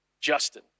Justin